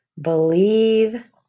believe